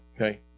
okay